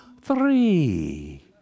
three